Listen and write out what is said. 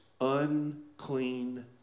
unclean